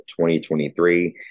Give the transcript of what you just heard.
2023